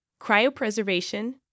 Cryopreservation